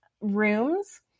rooms